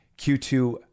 Q2